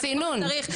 עם סינון,